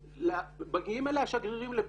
מגיעים לרשות שגרירים לפגישות,